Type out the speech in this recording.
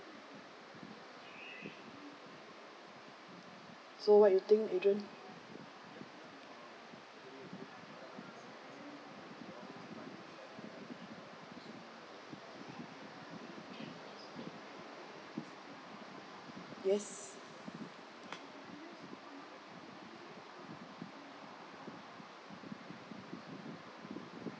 so what you think adrian yes